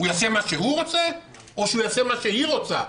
הוא יעשה מה שהוא רוצה או שהוא יעשה מה שהיא רוצה?